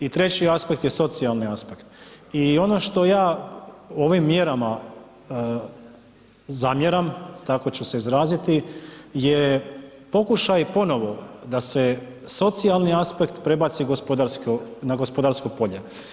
I treći aspekt je socijalni aspekt i ono što ja ovim mjerama zamjeram, tako ću se izraziti, je pokušaj ponovo da se socijalni aspekt prebaci na gospodarsko polje.